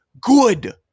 good